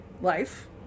life